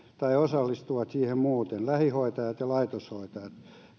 tai osallistuvat siihen muuten lähihoitajat ja laitoshoitajat